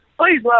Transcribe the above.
Please